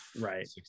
right